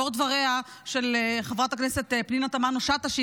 לאור דבריה של חברת הכנסת פנינה תמנו שטה,